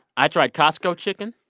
i tried costco chicken.